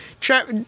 trap